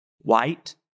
white